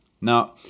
Now